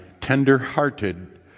tender-hearted